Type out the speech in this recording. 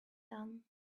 done